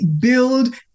build